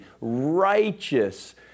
righteous